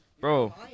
Bro